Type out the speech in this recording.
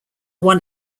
won